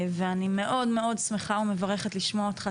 ואני מאוד מאוד שמחה ומברכת לשמוע אותך,